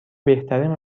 بهترین